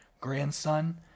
grandson